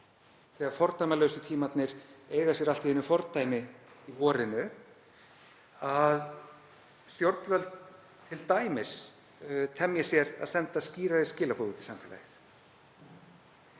þegar fordæmalausu tímarnir eiga sér allt í einu fordæmi í vorinu, að stjórnvöld temji sér t.d. að senda skýrari skilaboð út í samfélagið.